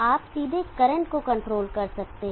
आप सीधे करंट को कंट्रोल कर सकते हैं